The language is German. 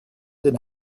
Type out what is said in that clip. den